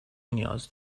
نیاز